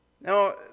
Now